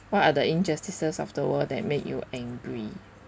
what are the injustices of the world that make you angry